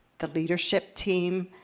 the leadership team,